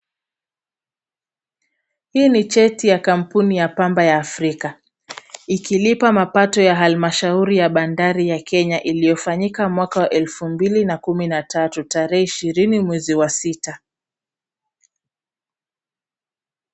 Hii ni cheti ya kampuni ya pamba ya Afrika, ikilipa mapato ya halmashauri ya bandari ya Kenya iliyofanyika mwaka wa elfu mbili na kumi na tatu, tarehe ishirini mwezi wa sita.